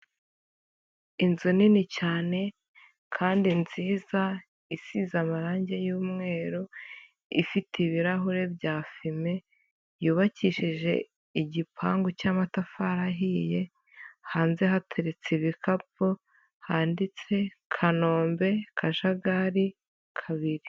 Inzu nini cyane kandi nziza isize amarange y'umweru, ifite ibirahure bya fime, yubakishije igipangu cy'amatafari ahiye, hanze hateretse ibikapu, handitse Kanombe Kajagari kabiri.